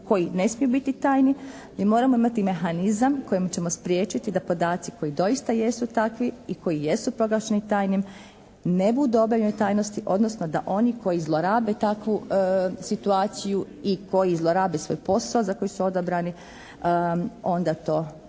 koji ne smiju biti tajni. Mi moramo imati mehanizam kojim ćemo spriječiti da podaci koji doista jesu takvi i koji jesu proglašeni tajnim ne budu obavljeni u tajnosti odnosno da oni koji zlorabe takvu situaciju i koji zlorabe svoj posao za koji su odabrani onda to